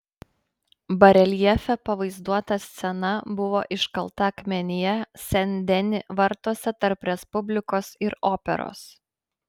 bareljefe pavaizduota scena buvo iškalta akmenyje sen deni vartuose tarp respublikos ir operos